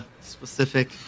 specific